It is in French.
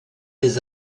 les